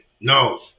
No